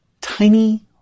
Tiny